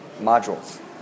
Modules